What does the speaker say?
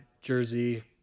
jersey